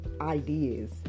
ideas